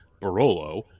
Barolo